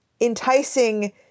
enticing